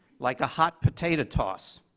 like a hot potato toss,